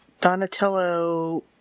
Donatello